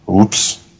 Oops